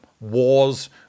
wars